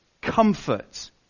comfort